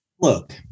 Look